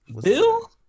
Bill